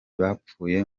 bapfuye